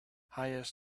hires